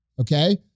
okay